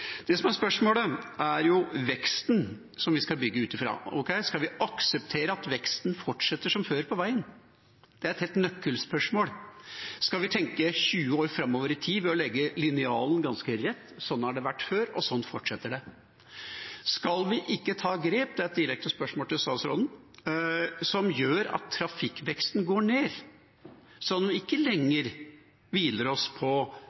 Spørsmålet gjelder veksten som vi skal bygge ut fra. Skal vi akseptere at veksten fortsetter som før på veien? Det er et nøkkelspørsmål. Skal vi tenke 20 år framover i tid og legge linjalen ganske rett – sånn har det vært før, og sånn fortsetter det? Skal vi ikke ta grep – dette er et spørsmål direkte til statsråden – som gjør at trafikkveksten går ned, sånn at vi ikke lenger hviler oss på